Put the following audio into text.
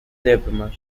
diplomat